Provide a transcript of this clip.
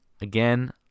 Again